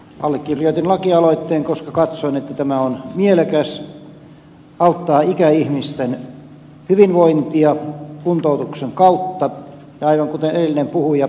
allekirjoitin lakialoitteen koska katsoin että tämä on mielekäs auttaa ikäihmisten hyvinvointia kuntoutuksen kautta ja aivan kuten edellinen puhuja ed